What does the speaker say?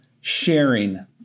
sharing